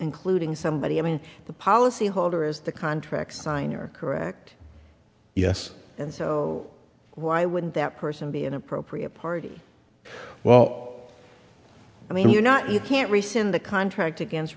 including somebody in the policy holder as the contract signer correct yes and so why wouldn't that person be an appropriate party well i mean you're not you can't rescind the contract against